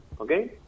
Okay